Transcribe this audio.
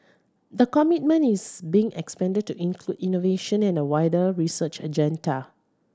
the commitment is being expanded to include innovation and a wider research agenda